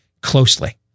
closely